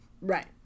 right